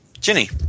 Ginny